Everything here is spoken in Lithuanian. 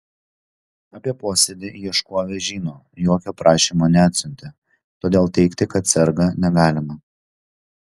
apie posėdį ieškovė žino jokio prašymo neatsiuntė todėl teigti kad serga negalima